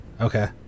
Okay